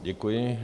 Děkuji.